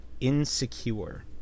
Insecure